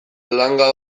langa